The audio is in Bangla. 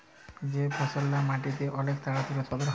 যে ফসললা মাটিতে অলেক তাড়াতাড়ি উৎপাদল হ্যয়